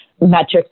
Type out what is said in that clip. metrics